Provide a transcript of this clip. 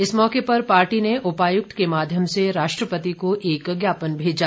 इस मौके पर पार्टी ने उपायुक्त के माध्यम से राष्ट्रपति को एक ज्ञापन भेजा